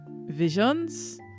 visions